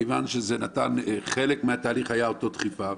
מכיוון שחלק מהתהליך היה אותה דחיפה,